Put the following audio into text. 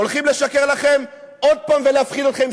הולכים לשקר לכם עוד הפעם ולהפחיד אתכם עם